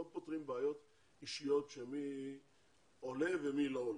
לא פותרים בעיות אישיות של מי עולה ומי לא עולה.